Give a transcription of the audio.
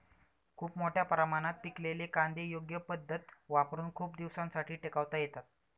खूप मोठ्या प्रमाणात पिकलेले कांदे योग्य पद्धत वापरुन खूप दिवसांसाठी टिकवता येतात